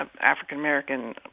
African-American